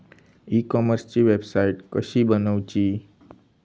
E कॉमर्सची website कशी बनवची?